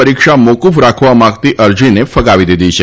પરીક્ષા મોક્ષફ રાખવા માંગતી અરજીને ફગાવી દીધી છે